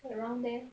也让没